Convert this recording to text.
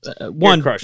one